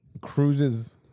cruises